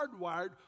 hardwired